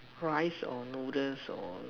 fries or noodles or